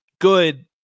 good